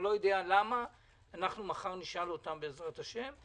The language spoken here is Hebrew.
מחר נשאל אותם בעז"ה,